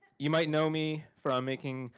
you might know me from making,